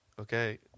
Okay